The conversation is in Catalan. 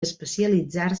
especialitzar